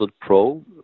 pro